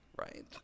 right